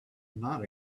not